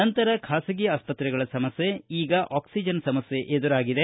ನಂತರ ಖಾಸಗಿ ಆಸ್ತತೆಗಳ ಸಮಸ್ಥೆ ಈಗ ಆಕ್ಷಿಜನ್ ಸಮಸ್ಥೆ ಎದುರಾಗಿದೆ